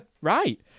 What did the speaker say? Right